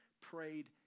prayed